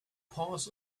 paws